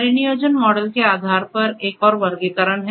परिनियोजन मॉडल के आधार पर एक और वर्गीकरण है